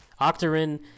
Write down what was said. Octarine